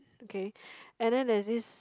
okay and then there's this